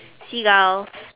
seagulls